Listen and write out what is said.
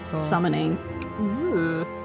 summoning